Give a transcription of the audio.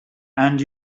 and